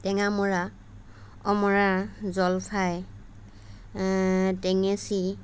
টেঙামৰা অমৰা জলফাই টেঙেচি